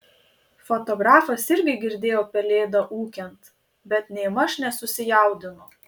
fotografas irgi girdėjo pelėdą ūkiant bet nėmaž nesusijaudino